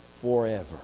forever